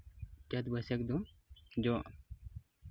ᱪᱟᱹᱛ ᱵᱟᱹᱭᱥᱟᱹᱠᱷ ᱫᱚ ᱡᱚᱜᱼᱟ